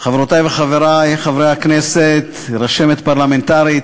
חברותי וחברי חברי הכנסת, רשמת פרלמנטרית,